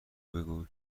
بگو